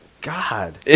God